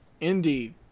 Indeed